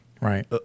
Right